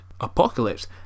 Apocalypse